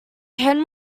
can